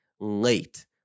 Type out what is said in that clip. late